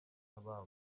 abana